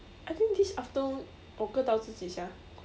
I think this afternoon 我割到自己 sia